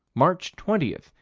march twenty,